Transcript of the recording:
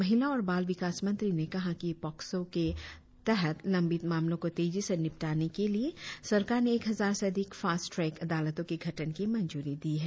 महिला और बाल विकास मंत्री ने कहा कि पॉक्सों के तहत लंबित मामलो को तेजी से निपटाने के लिए सरकार ने एक हजार से अधिक फास्ट ट्रैक अदालतों के गठन की मंजूरी दी है